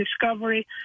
discovery